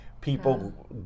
people